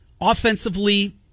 Offensively